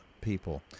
people